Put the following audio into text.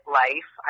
life